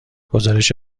گزارش